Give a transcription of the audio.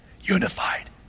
Unified